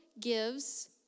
gives